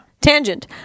Tangent